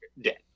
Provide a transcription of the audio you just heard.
dead